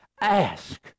Ask